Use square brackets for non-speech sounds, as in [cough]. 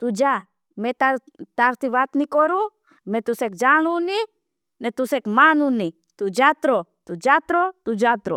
तु जा मैं तार [hesitation] ती वात नी करू मैं। तुसे जानू नी ने तुसे मानू नी। तु जात रो तु जात रो तु जात रो।